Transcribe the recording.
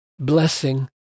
Blessing